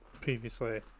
previously